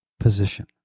Position